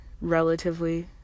relatively